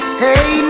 hey